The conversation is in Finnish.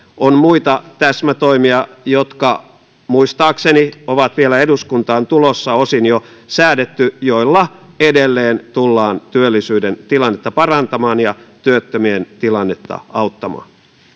on muita täsmätoimia jotka muistaakseni ovat vielä eduskuntaan tulossa osin on jo säädetty joilla edelleen tullaan työllisyyden tilannetta parantamaan ja työttömien tilannetta auttamaan